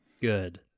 Good